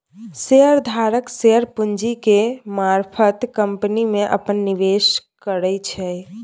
share धारक share पूंजी के मारफत कंपनी में अप्पन निवेश करै छै